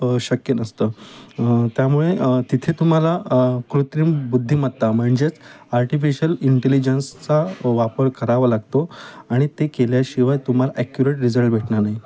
शक्य नसतं त्यामुळे तिथे तुम्हाला कृत्रीम बुद्धिमत्ता म्हणजेच आर्टिफिशियल इंटेलिजन्सचा वापर करावा लागतो आणि ते केल्याशिवाय तुम्हाला ॲक्युरेट रिझल्ट भेटणार नाही